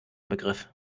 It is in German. begriff